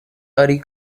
ari